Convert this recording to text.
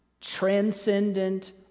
transcendent